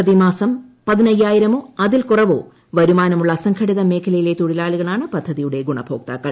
പ്രതിമാസം പതിനയ്യായിരമോ അതിൽ കുറവോ വരുമാനമുള്ള അസംഘടിത മേഖലയിലെ തൊഴിലാളികളാണ് പദ്ധതിയുടെ ഗുണഭോക്താക്കൾ